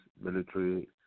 military